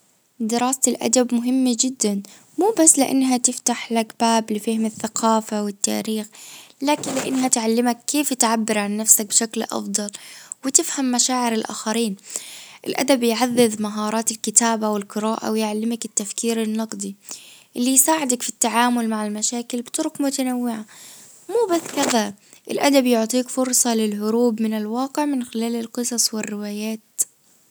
دراسة الادب مهمة جدا مو بس لانها تفتح لك باب لفهم الثقافة والتاريخ لكن لانها تعلمك كيف تعبر عن نفسك بشكل افضل وتفهم مشاعر الاخرين. الادب يعزز مهارات الكتابة والقراءة ويعلمك التفكير النقدي. اللي يساعدك في التعامل مع المشاكل بطرق متنوعة مو بس كذا الادب يعطيك فرصة للهروب من الواقع من خلال القصص والروايات.